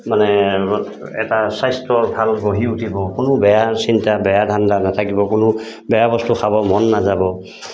মানে এটা স্বাস্থ্যৰ ভাল গঢ়ি উঠিব কোনো বেয়া চিন্তা বেয়া ধান্দা নাথাকিব কোনো বেয়া বস্তু খাব মন নাযাব